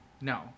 no